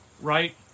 Right